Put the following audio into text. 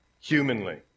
humanly